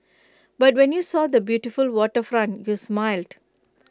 but when you saw the beautiful waterfront you smiled